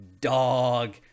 dog